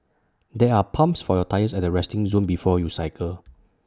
there are pumps for your tyres at the resting zone before you cycle